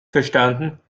verstanden